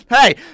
Hey